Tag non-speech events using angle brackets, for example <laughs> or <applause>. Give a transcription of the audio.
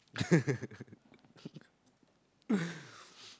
<laughs>